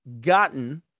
gotten